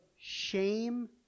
shame